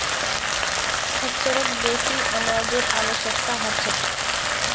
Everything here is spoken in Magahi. खच्चरक बेसी अनाजेर आवश्यकता ह छेक